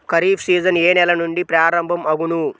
Kharif season ఏ నెల నుండి ప్రారంభం అగును?